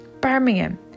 Birmingham